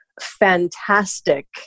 fantastic